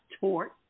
tort